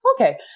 okay